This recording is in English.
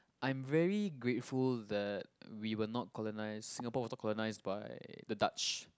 I'm very grateful that we were not colonized Singapore was not colonized by the Dutch